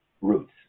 roots